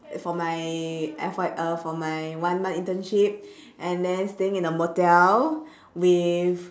for my F Y uh for my one month internship and then staying in a motel with